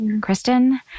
Kristen